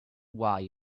why